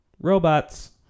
Robots